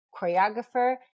choreographer